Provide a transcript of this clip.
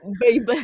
baby